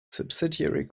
subsidiary